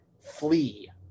flee